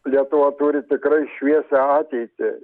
lietuva turi tikrai šviesią ateitį